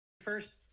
First